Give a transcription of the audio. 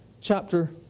chapter